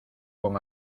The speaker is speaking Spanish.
con